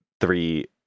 three